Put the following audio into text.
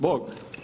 Bok.